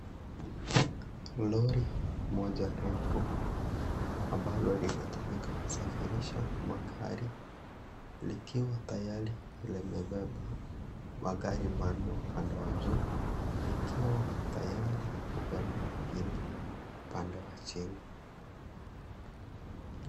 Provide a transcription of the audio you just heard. Lori moja refu ambalo linatumika kusafirisha magari likiwa tayari limebeba magari manne upande wa juu likiwa tayari kubeba mengine upande wa chini.